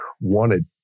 wanted